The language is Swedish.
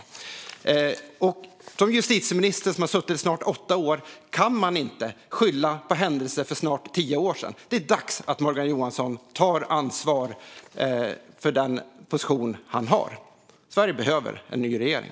När man har suttit som justitieminister i snart åtta år kan man inte skylla på händelser som utspelade sig för snart tio år sedan. Det är dags att Morgan Johansson tar ansvar för den position han har. Sverige behöver en ny regering.